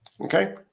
okay